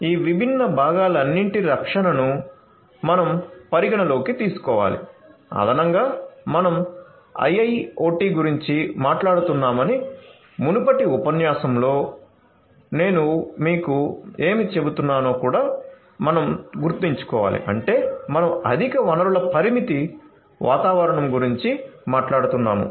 ఈ విభిన్న భాగాలన్నిటి రక్షణను మనం పరిగణనలోకి తీసుకోవాలి అదనంగా మనం IIoT గురించి మాట్లాడుతున్నామని మునుపటి ఉపన్యాసంలో నేను మీకు ఏమి చెబుతున్నానో కూడా మనం గుర్తుంచుకోవాలి అంటే మనం అధిక వనరుల పరిమితి వాతావరణం గురించి మాట్లాడుతున్నాము